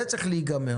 זה צריך להיגמר.